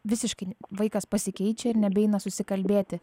visiškai vaikas pasikeičia ir nebeina susikalbėti